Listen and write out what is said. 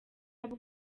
abo